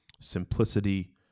simplicity